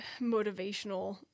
motivational